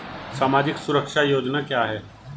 सामाजिक सुरक्षा योजना क्या है?